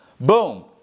boom